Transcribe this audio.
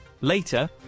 Later